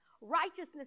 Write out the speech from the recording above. Righteousness